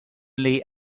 only